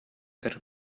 per